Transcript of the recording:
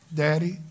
daddy